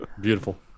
Beautiful